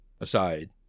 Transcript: aside